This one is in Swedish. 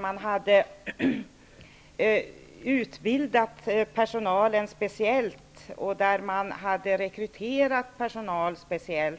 Man hade utbildat och rekryterat personal speciellt